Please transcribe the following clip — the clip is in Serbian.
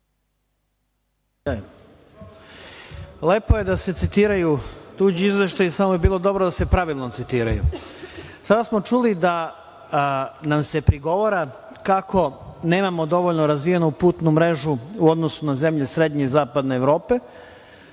Lepo je da se citiraju tuđi izveštaji, samo bi bilo dobro da se pravilno citiraju. Sada smo čuli da nam se prigovara kako nemamo dovoljno razvijenu putnu mrežu u odnosu na zemlje srednje i zapadne Evrope,